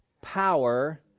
power